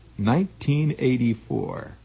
1984